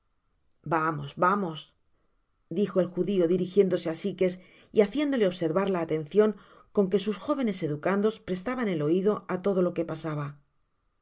vamos vamos dijo el judio dirijiéndose á sikes y haciéndole observar la atencion con que sus jovenes educandos prestaban el oido á todo lo que pasaba